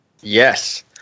Yes